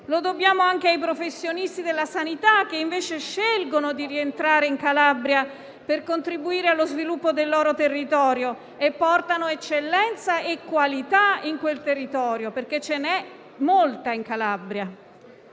Lo dobbiamo anche ai professionisti della sanità che invece scelgono di rientrare in Calabria per contribuire allo sviluppo del loro territorio e portano eccellenza e qualità in quello stesso territorio (perché ce n'è molta in Calabria).